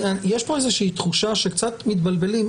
יש פה איזושהי תחושה שקצת מתבלבלים.